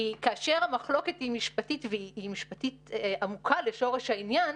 כי כאשר המחלוקת היא משפטית והיא משפטית עמוקה לשורש העניין,